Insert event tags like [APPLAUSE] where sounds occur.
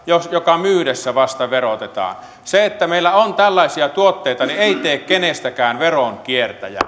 jota myytäessä vasta verotetaan se että meillä on tällaisia tuotteita ei tee kenestäkään veronkiertäjää [UNINTELLIGIBLE]